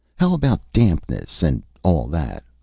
how about dampness and all that?